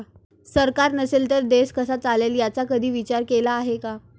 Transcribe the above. सरकार नसेल तर देश कसा चालेल याचा कधी विचार केला आहे का?